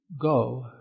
go